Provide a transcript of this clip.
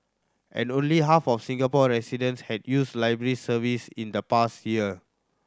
and only half of Singapore residents had used library services in the past year